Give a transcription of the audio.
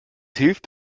hilft